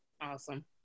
Awesome